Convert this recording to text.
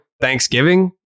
Thanksgiving